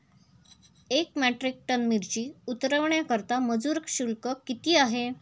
एक metric tonne मिरची उतरवण्याकरता मजुर शुल्क किती आहे?